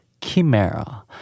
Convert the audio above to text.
Chimera